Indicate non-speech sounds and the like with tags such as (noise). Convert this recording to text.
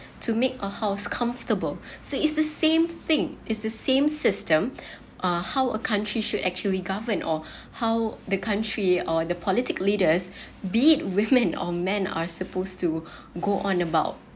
to make a house comfortable (breath) so it's the same thing it's the same system (breath) uh how a country should actually govern or (breath) how the country or the political leaders (breath) be women or men are supposed to (breath) go on about